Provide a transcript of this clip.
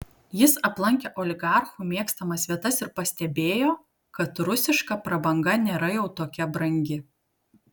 jis aplankė oligarchų mėgstamas vietas ir pastebėjo kad rusiška prabanga nėra jau tokia brangi